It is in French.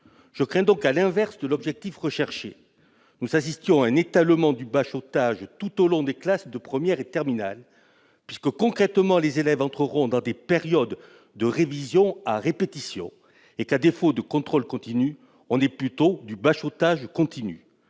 Je crains donc que, à l'inverse de l'objectif, nous assistions à un étalement du bachotage tout au long des classes de première et de terminale, puisque, concrètement, les élèves entreront dans des périodes de révisions à répétition, et qu'à défaut de contrôle continu, on ait plutôt du bachotage continu.